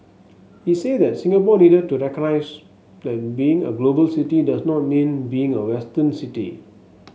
he said that Singapore needed to recognize that being a global city does not mean being a Western city